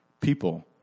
people